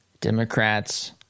Democrats